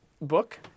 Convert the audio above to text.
book